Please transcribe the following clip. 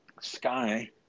Sky